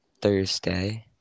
Thursday